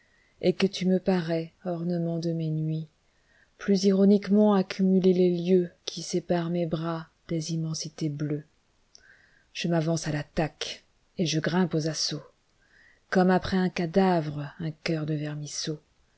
et que tu me parais ornement de mes nuits plus ironiquement accumuler les lieues qui séparent mes bras des immensités bleues ie m'avance à l'attaque et je grimpe aux assauts comme après un cadavre un chœur de vermisseaux